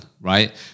right